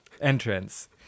entrance